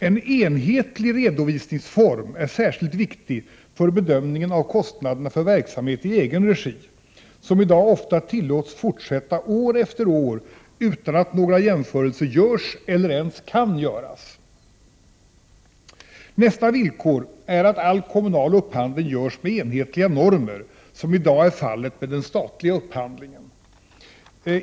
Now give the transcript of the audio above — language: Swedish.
En enhetlig redovisningsform är särskilt viktig för bedömningen av kostnaderna för verksamhet i egen regi, som i dag ofta tillåts fortsätta år efter år utan att några jämförelser görs eller ens kan göras. Nästa villkor är att all kommunal upphandling görs med enhetliga normer, som i dag är fallet med den statliga upphandlingen.